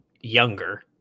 younger